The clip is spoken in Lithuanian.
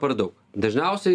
per daug dažniausiai